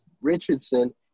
Richardson